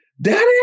daddy